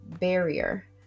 barrier